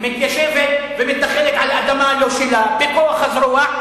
מתיישבת ומתנחלת על אדמה לא שלה בכוח הזרוע,